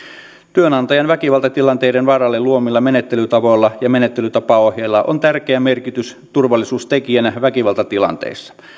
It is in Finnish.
työnantajan väkivaltatilanteiden varalle luomilla menettelytavoilla ja menettelytapaohjeilla on tärkeä merkitys turvallisuustekijänä väkivaltatilanteessa